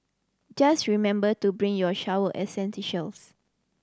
just remember to bring your shower